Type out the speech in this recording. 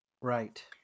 Right